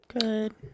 Good